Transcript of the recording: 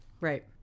Right